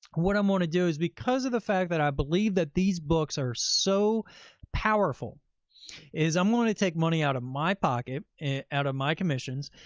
what i'm going to do is because of the fact that i believe that these books are so powerful is i'm going to take money out of my pocket and out of my commissions,